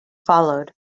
followed